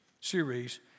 series